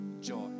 joy